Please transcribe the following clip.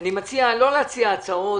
מציע לא להציע הצעות,